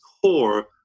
core